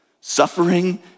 suffering